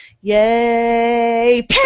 yay